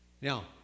Now